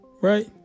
Right